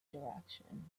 direction